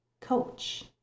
coach